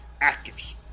actors